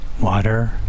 Water